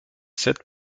sept